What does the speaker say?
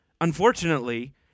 unfortunately